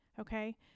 okay